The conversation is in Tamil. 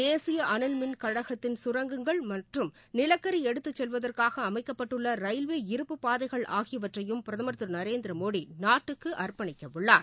தேசிய அனல் மின் கழகத்தின் கரங்கங்கள் மற்றும் நிலக்கரி எடுத்துச் செல்வதற்காக அமைக்கப்பட்டுள்ள ரயில்வே இருப்பு பாதைகள் ஆகியவற்றையும் பிரதமர் திரு நரேந்திர மோடி நாட்டுக்கு அர்ப்பணிக்கவுள்ளார்